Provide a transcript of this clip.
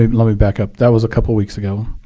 let me back up. that was a couple weeks ago.